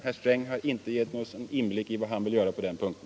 Herr Sträng har inte givit oss någon inblick i vad han vill göra på den punkten.